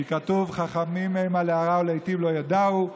כי כתוב: "חכמים המה להרע ולהיטיב לא ידעו".